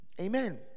Amen